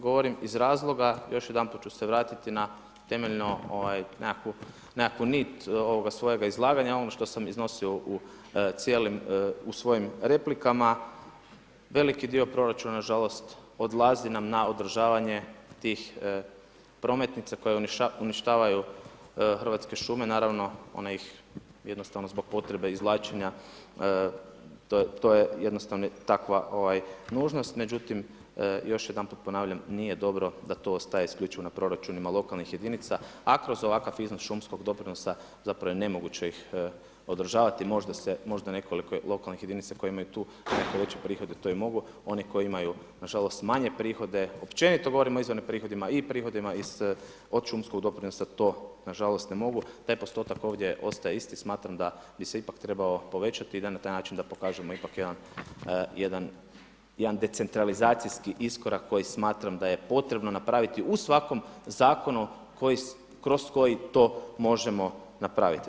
Govorim iz razloga, još jedanput ću se vratiti na temeljnu nekakvu nit svojega izlaganja ono što sam iznosio u cijelim svojim replikama, veliki dio proračuna nažalost odlazi nam na održavanje tih prometnica koje uništavaju Hrvatske šume, naravno one ih jednostavno zbog potrebe izvlačenja, to je jednostavno takva nužnost međutim još jedanput ponavljam, nije dobro da to ostaje isključivo na proračunima lokalnih jedinica a kroz ovakav iznos šumskog doprinosa zapravo je nemoguće ih održavati, možda nekoliko lokalnih jedinica koje imaju tu nekakav veći prihod to i mogu, one koje imaju nažalost manje prihode, općenito govorim o izvornim prihodima i prihodima od šumskog doprinosa to nažalost ne mogu, taj postotak ovdje ostaje isti, smatram da bi se ipak trebao povećati i da na taj način da pokažemo ipak jedan decentralizacijski iskorak koji smatram da je potrebno napraviti u svakom zakonu kroz koji to možemo napraviti.